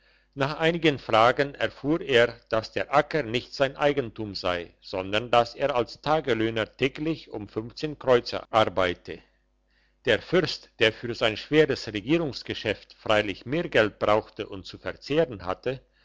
nach einigen fragen erfuhr er dass der acker nicht sein eigentum sei sondern dass er als tagelöhner täglich um kreuzer arbeite der fürst der für sein schweres regierungsgeschäft freilich mehr geld brauchte und zu verzehren hatte